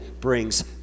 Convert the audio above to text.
brings